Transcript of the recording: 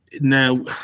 now